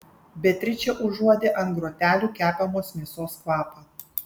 beatričė užuodė ant grotelių kepamos mėsos kvapą